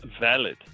valid